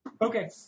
Okay